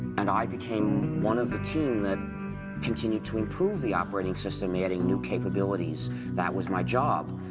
and i became one of the team, that continued to improve the operating system, adding new capabilities that was my job,